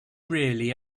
really